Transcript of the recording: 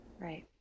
Right